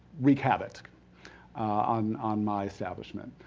wreak havoc on on my establishment.